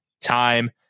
time